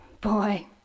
boy